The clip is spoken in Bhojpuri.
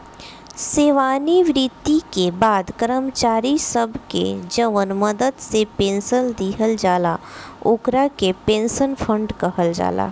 सेवानिवृत्ति के बाद कर्मचारी सब के जवन मदद से पेंशन दिहल जाला ओकरा के पेंशन फंड कहल जाला